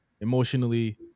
emotionally